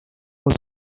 was